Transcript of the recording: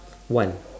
one